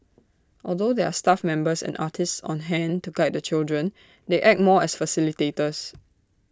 although there are staff members and artists on hand to guide the children they act more as facilitators